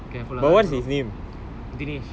careful lah all dinesh